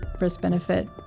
risk-benefit